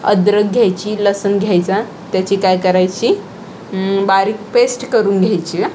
अद्रक घ्यायची लसन घ्यायचा त्याची काय करायची बारीक पेस्ट करून घ्यायची आं